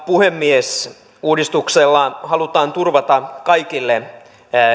puhemies uudistuksella halutaan turvata kaikille